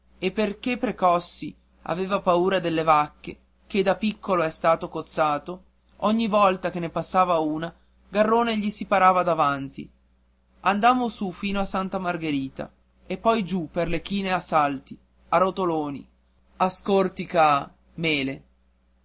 e perché precossi aveva paura delle vacche ché da piccolo è stato cozzato ogni volta che ne passava una garrone gli si parava davanti andammo su fino a santa margherita e poi giù per le chine a salti a rotoloni a scortica mele